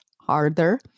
harder